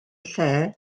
lle